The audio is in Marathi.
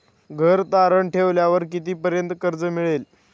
घर तारण ठेवल्यावर कितीपर्यंत कर्ज मिळेल?